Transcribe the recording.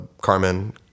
Carmen